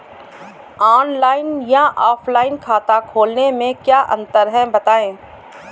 Online या offline खाता खोलने में क्या अंतर है बताएँ?